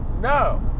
No